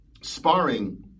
sparring